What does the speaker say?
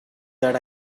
that